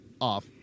off